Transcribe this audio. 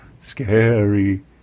Scary